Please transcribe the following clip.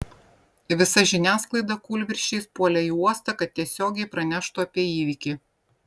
visa žiniasklaida kūlvirsčiais puolė į uostą kad tiesiogiai praneštų apie įvykį